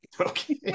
Okay